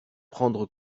prendre